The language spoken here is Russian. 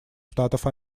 штатов